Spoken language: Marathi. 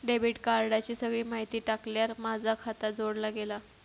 डेबिट कार्डाची सगळी माहिती टाकल्यार माझा खाता जोडला गेला